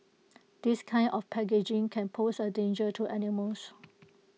this kind of packaging can pose A danger to animals